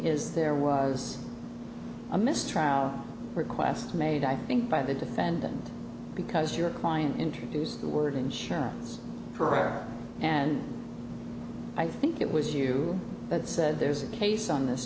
is there was a mistrial request made i think by the defendant because your client introduced the word insurance pereira and i think it was you that said there's a case on this